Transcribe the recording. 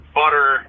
butter